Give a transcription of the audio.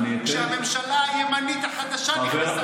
כשהממשלה "הימנית" החדשה נכנסה.